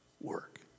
work